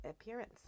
appearance